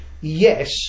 yes